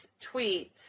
tweet